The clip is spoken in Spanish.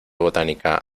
botánica